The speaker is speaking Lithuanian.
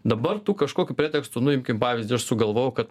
dabar tu kažkokiu pretekstu nu imkim pavyzdį aš sugalvojau kad